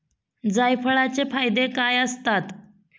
जायफळाचे फायदे काय असतात?